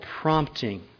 prompting